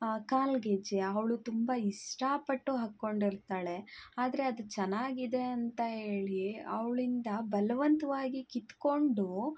ಆ ಕಾಲುಗೆಜ್ಜೆ ಅವಳು ತುಂಬ ಇಷ್ಟಪಟ್ಟು ಹಾಕ್ಕೊಂಡಿರ್ತಾಳೆ ಆದರೆ ಅದು ಚೆನ್ನಾಗಿದೆ ಅಂತ ಹೇಳಿ ಅವಳಿಂದ ಬಲವಂತವಾಗಿ ಕಿತ್ತುಕೊಂಡು